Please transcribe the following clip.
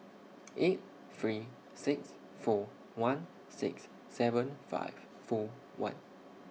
eight three six four one six seven five four one